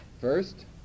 First